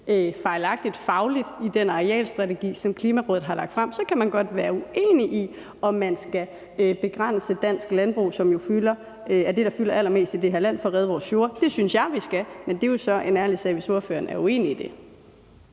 fejlagtigt fagligt i den arealstrategi, som Klimarådet har lagt frem. Så kan man godt være uenig i, om man skal begrænse danske landbrug, som jo er det, der fylder allermest i det her land, for at redde vores fjorde. Det synes jeg vi skal, men det er jo så en ærlig sag, hvis ordføreren er uenig i det.